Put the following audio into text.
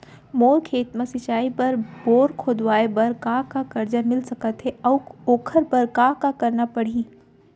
मोर खेत म सिंचाई बर बोर खोदवाये बर का का करजा मिलिस सकत हे अऊ ओखर बर का का करना परही?